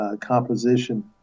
Composition